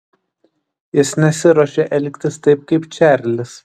jis nesiruošia elgtis taip kaip čarlis